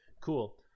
Cool